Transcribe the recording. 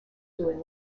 doing